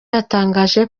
yatangaje